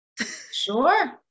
Sure